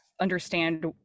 understand